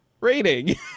Rating